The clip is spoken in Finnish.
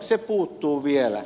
se puuttuu vielä